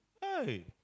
Hey